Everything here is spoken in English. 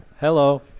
Hello